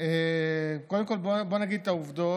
קודם כול, בוא נגיד את העובדות.